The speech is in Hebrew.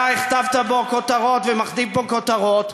אתה הכתבת בו כותרות ומכתיב בו כותרות,